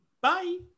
Bye